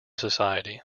society